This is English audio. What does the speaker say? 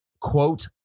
quote